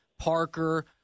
Parker